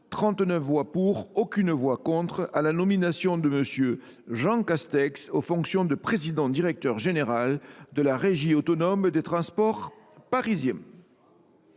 (39 voix pour, aucune voix contre) à la nomination de M. Jean Castex aux fonctions de président directeur général de la Régie autonome des transports parisiens.